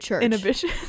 Inhibition